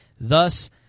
Thus